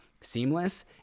seamless